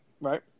Right